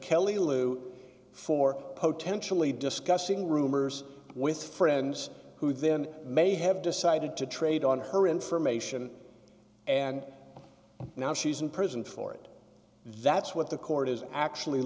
kelly lu for potentially discussing rumors with friends who then may have decided to trade on her information and now she's in prison for it that's what the court is actually